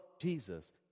Jesus